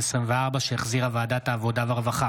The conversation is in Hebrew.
בדרישות בין-לאומיות בעניין חילופי מידע)